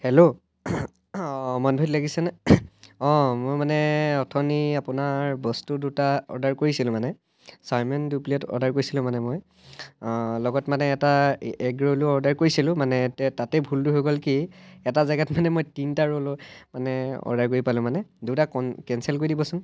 hello মনোহাৰীত লাগিছেনে অঁ মই মানে অথনি আপোনাৰ বস্তু দুটা অৰ্ডাৰ কৰিছিলোঁ মানে চাওমিন দুই প্লেট অৰ্ডাৰ কৰিছিলোঁ মানে মই লগত মানে এটা এগ ৰ'লো অৰ্ডাৰ কৰিছিলোঁ মানে তাতে ভুলটো হৈ গ'ল কি এটা জেগাত মানে মই তিনিটো ৰ'ল মানে অৰ্ডাৰ কৰি পালোঁ মানে দুটা কন কেঞ্চেল কৰি দিবচোন